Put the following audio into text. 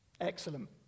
Excellent